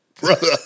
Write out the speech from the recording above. Brother